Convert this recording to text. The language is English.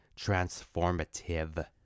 transformative